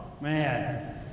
man